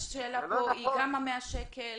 השאלה פה היא גם ה-100 שקלים,